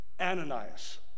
Ananias